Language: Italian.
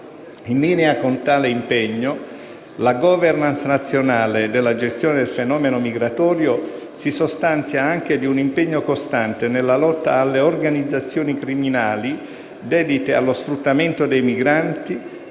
In linea con tale impegno, la *governance* nazionale della gestione del fenomeno migratorio si sostanzia anche di un impegno costante nella lotta alle organizzazioni criminali dedite allo sfruttamento dei migranti